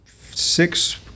six